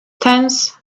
tense